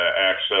access